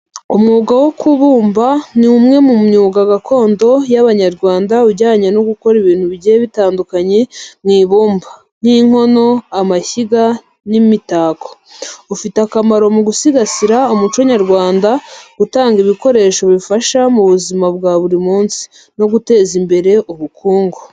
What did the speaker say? Umwuga wo kubumba ni umwe mu myuga gakondo y’Abanyarwanda ujyanye no gukora ibintu bigiye bitandukanye mu ibumba, nk’inkono, amashyiga, n’imitako. Ufite akamaro mu gusigasira umuco nyarwanda, gutanga ibikoresho bifasha mu buzima bwa buri munsi, no guteza imbere ubukungu.